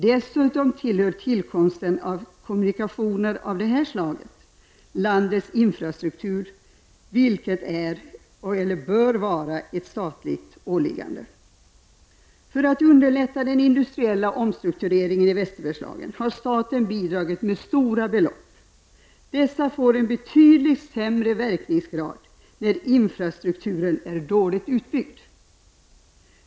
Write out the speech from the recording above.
Dessutom tillhör kommunikationer av det här slaget landets infrastruktur, varför tillkomsten bör vara ett statligt åliggande. För att underlätta den industriella omstruktureringen i Västerbergslagen har staten bidragit med stora belopp. Dessa får en betydligt sämre verkningsgrad när infrastrukturen är dåligt utbyggd.